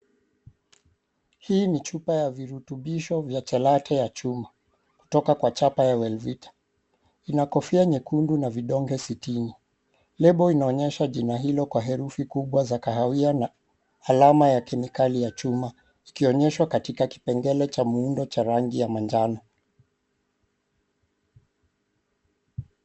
Hii ni chupa ya virubitisho vya chalate ya chuma kutoka kwa chapa ya Oil vita. Inakofia nyekundu na vidoge sitini, lebo inaonyesha jina hilo kwa herufi kubwa za kahawia na alama ya kemikali ya chuma, ikionyeshwa katika kipengele cha muundo cha rangi ya manjano.